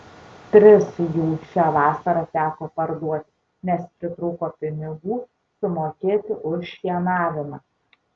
tris jų šią vasarą teko parduoti nes pritrūko pinigų sumokėti už šienavimą